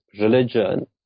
religion